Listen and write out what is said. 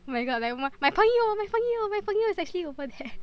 oh my god I'm like my 朋友 my 朋友 my 朋友 is actually over there